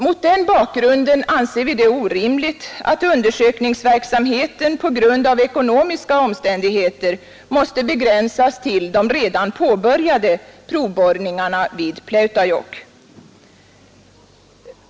Mot den bakgrunden anser vi det orimligt att undersökningsverksamheten på grund av ekonomiska omständigheter måste begränsas till de redan påbörjade provborrningarna vid Pläutajokk.